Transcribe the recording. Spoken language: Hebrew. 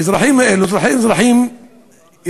האזרחים האלה הם אזרחים ישראלים.